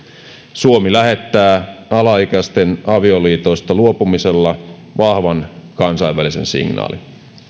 suomi lähettää alaikäisten avioliitoista luopumisella vahvan kansainvälisen signaalin